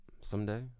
someday